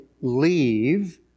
leave